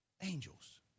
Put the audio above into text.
Angels